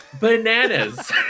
bananas